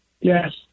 Yes